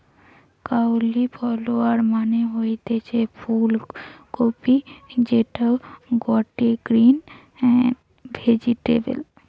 cauliflower মানে হতিছে ফুল কপি যেটা গটে গ্রিন ভেজিটেবল